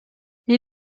hier